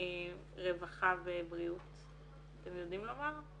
רווחה ובריאות, אתם יודעים לומר?